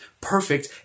perfect